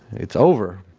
it's over.